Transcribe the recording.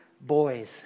boys